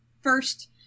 first